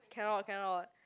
cannot cannot